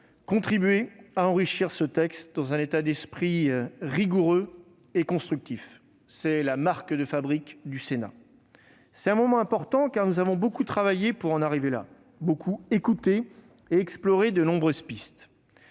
contribué à enrichir ce texte, dans un état d'esprit rigoureux et constructif- c'est là la marque de fabrique du Sénat. Ce moment est important, car nous avons beaucoup travaillé pour en arriver là, beaucoup écouté, et exploré de nombreuses pistes.